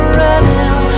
running